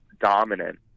dominant